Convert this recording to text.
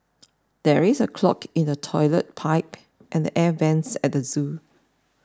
there is a clog in the Toilet Pipe and the Air Vents at zoo